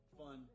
fun